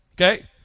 okay